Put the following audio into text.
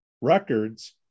Records